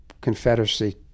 Confederacy